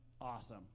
awesome